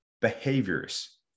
behaviors